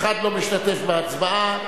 אחד לא משתתף בהצבעה.